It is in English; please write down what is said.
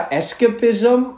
escapism